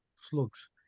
slugs